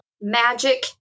Magic